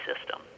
system